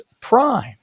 Prime